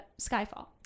Skyfall